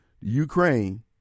Ukraine